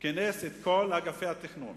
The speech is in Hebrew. כינס את כל אגפי התכנון